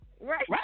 right